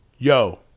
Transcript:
Yo